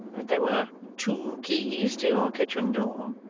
that there were two keys to your kitchen door